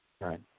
Right